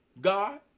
God